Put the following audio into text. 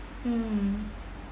mm